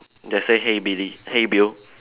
that say hey Billy hey Bill